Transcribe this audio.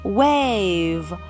wave